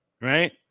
right